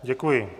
Děkuji.